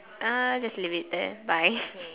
err just leave it there bye